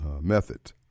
method